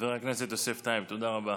חבר הכנסת יוסף טייב, תודה רבה.